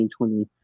2020